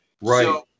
Right